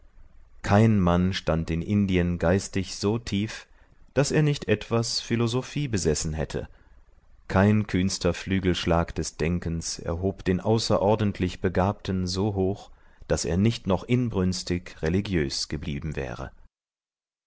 kein mann stand in indien geistig so tief daß er nicht etwas philosophie besessen hätte kein kühnster flügelschlag des denkens erhob den außerordentlich begabten so hoch daß er nicht noch inbrünstig religiös geblieben wäre